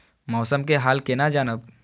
मौसम के हाल केना जानब?